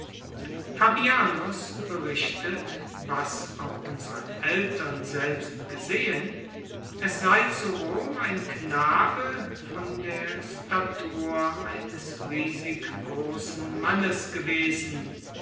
fabianus berichtet was auch unsre eltern selbst gesehen es sei zu rom ein knabe von der statur eines riesig großen mannes gewesen